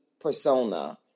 persona